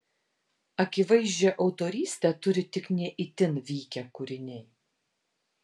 akivaizdžią autorystę turi tik ne itin vykę kūriniai